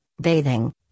bathing